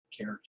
character